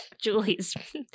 Julie's